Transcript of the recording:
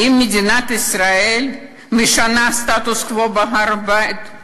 האם מדינת ישראל משנה את הסטטוס-קוו בהר-הבית?